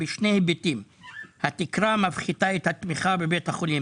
כי היא מפחיתה את התמיכה מבית החולים